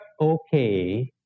okay